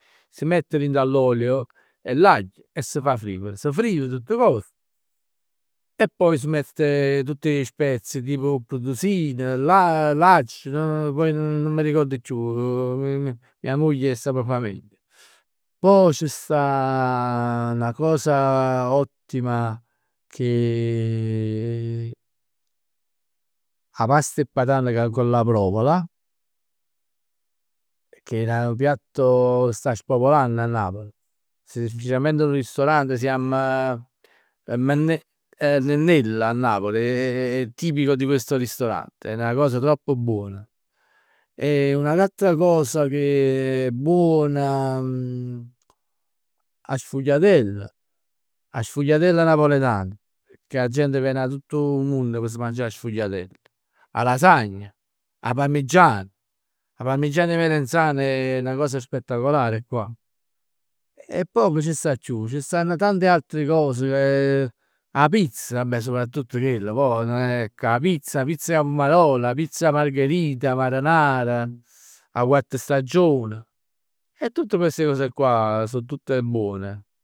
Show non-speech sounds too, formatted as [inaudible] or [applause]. Si mett dint 'a l'olio e l'aglio e s' fa frier. S' frie tutt cos e poi s' mette tutte 'e spezie, tipo 'o petrusin, l'a- accio [hesitation] nun m'arricord chiù. [hesitation] Mia moglie 'e sap fa meglio. Poj ci sta la cosa ottima che [hesitation] 'a past 'e patan con la provola. Pecchè è nu piatto che sta spopolann a Napoli. S- specialmente 'o ristorante ca s' chiamm [hesitation] Nennella a Napoli [hesitation] è tipico di questo ristorante. È 'na cosa troppo buona. E un'altra cosa che [hesitation] buona [hesitation] 'a sfugliatell. 'A sfugliatell napoletan che 'a gent ven 'a tutt 'o munn p' s' mangià 'a sfugliatell. 'A lasagn, 'a parmigian. 'A parmigiana 'e melenzane è 'na cosa spettacolare qua. E poj che c' sta chiù? Ci stanno tante altre cose che, [hesitation] 'a pizza. Beh soprattutto chell, pò ecco, 'a pizz, 'a pizz cu 'a pummarol, 'a pizza margherita, marenar, 'a quatt stagion e tutte queste cose qua so tutte buone.